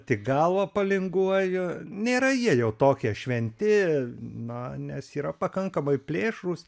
tik galvą palinguoju nėra jie jau tokie šventi na nes yra pakankamai plėšrūs